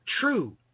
true